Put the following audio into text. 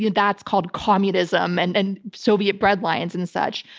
you know that's called communism and and soviet bread lines and such.